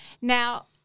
Now